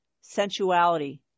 sensuality